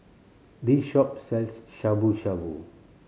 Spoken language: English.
this shop sells Shabu Shabu